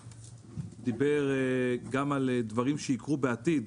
דיבר גם על דברים שיקרו בעתיד,